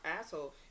asshole